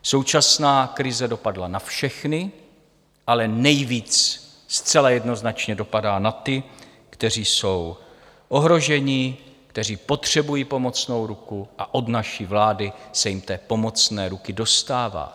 Současná krize dopadla na všechny, ale nejvíc zcela jednoznačně dopadá na ty, kteří jsou ohroženi, kteří potřebují pomocnou ruku, a od naší vlády se jim pomocné ruky dostává.